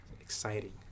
Exciting